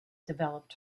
developed